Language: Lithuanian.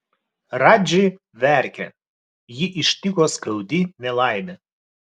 radži verkia jį ištiko skaudi nelaimė